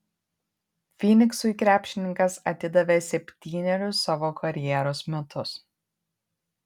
fyniksui krepšininkas atidavė septynerius savo karjeros metus